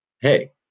hey